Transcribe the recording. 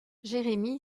jérémy